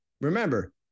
Remember